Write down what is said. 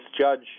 judge